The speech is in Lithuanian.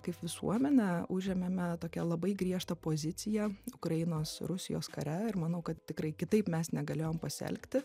kaip visuomenė užėmėme tokią labai griežtą poziciją ukrainos rusijos kare ir manau kad tikrai kitaip mes negalėjom pasielgti